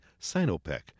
Sinopec